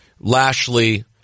Lashley